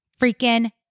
freaking